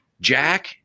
Jack